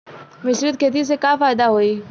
मिश्रित खेती से का फायदा होई?